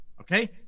okay